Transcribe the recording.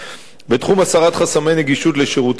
בתחום הסרת חסמי נגישות לשירותי בריאות,